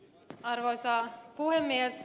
arvoisa puhemies